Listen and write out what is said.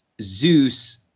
Zeus